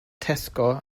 tesco